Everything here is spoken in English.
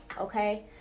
okay